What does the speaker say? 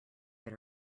get